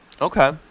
Okay